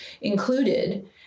included